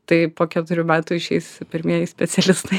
tai po keturių metų išeis pirmieji specialistai